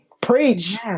preach